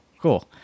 cool